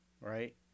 right